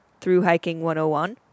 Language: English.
throughhiking101